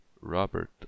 Robert